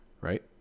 right